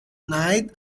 night